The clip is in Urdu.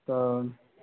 تو